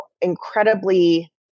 incredibly